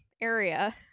area